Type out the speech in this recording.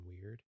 weird